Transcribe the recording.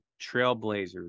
trailblazers